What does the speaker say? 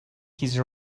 his